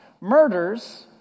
Murders